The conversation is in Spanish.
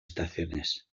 estaciones